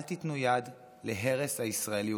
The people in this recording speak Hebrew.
אל תיתנו יד להרס הישראליות,